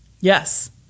yes